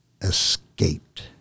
escaped